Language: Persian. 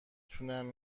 تونم